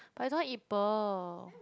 but I don't want eat pearl